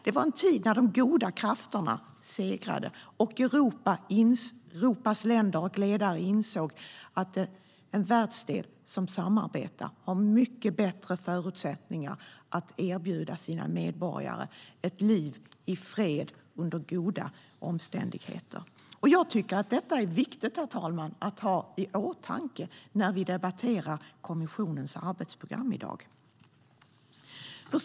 Det var en tid när de goda krafterna segrade och Europas länder och ledare insåg att en världsdel som samarbetar har mycket bättre förutsättningar att erbjuda sina medborgare ett liv i fred under goda omständigheter. Jag tycker att detta är viktigt att ha i åtanke, herr talman, när vi debatterar kommissionens arbetsprogram i dag.